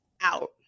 out